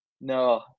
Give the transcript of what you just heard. no